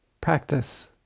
Practice